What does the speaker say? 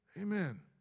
Amen